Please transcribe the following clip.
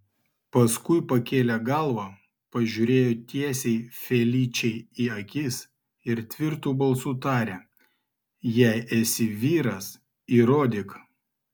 paskui pakėlė galvą pažiūrėjo tiesiai feličei į akis ir tvirtu balsu tarė jei esi vyras įrodyk